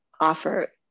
offer